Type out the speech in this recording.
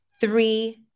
Three